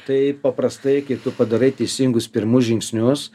tai paprastai kai tu padarai teisingus pirmus žingsnius